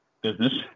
business